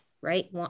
right